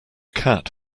cat